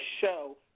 show